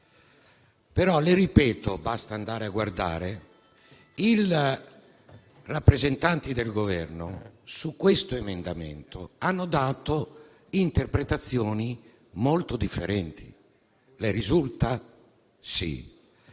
vero, ma ripeto - basta andare a controllare - che i rappresentanti del Governo su questo emendamento hanno dato interpretazioni molto differenti, le risulta? Sì.